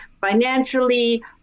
financially